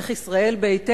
איך ישראל ביתנו,